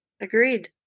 agreed